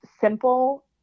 simple